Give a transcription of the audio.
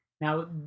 Now